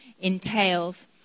entails